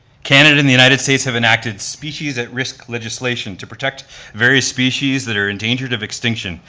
canada and the united states have enacted species at risk legislation to protect various species that are endangered of extinction.